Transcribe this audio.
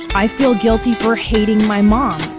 i feel guilty for hating my mom.